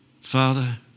Father